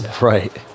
Right